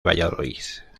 valladolid